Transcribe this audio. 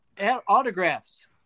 autographs